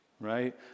Right